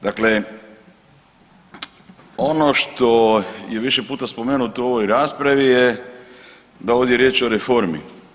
Dakle, ono što je više puta spomenuto u ovoj raspravi je da je ovdje riječ o reformi.